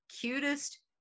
cutest